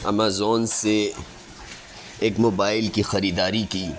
Amazon سے ایک mobile کی خریداری کی